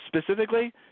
specifically